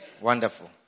Wonderful